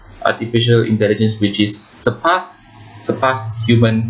artificial intelligence which is surpass surpass human